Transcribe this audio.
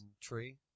tree